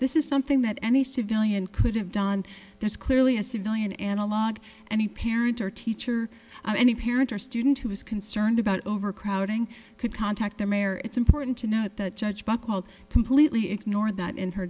this is something that any civilian could have done there's clearly a civilian analogue any parent or teacher any parent or student who is concerned about overcrowding could contact the mayor it's important to note that judge buchwald completely ignored that in her